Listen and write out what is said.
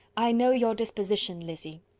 i know your disposition, lizzy.